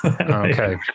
Okay